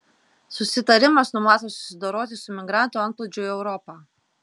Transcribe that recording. susitarimas numato susidoroti su migrantų antplūdžiu į europą